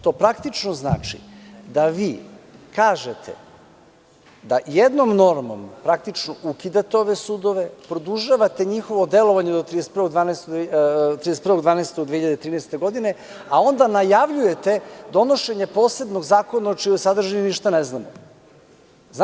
To praktično znači da vi kažete da jednom normom praktično ukidate ove sudove, produžavate njihovo delovanje do 31.12.2013. godine, a onda najavljujete donošenje posebnog zakona o čijoj sadržini ništa ne znamo.